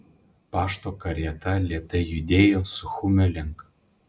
pašto karieta lėtai judėjo suchumio link